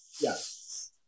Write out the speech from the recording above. Yes